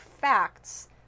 facts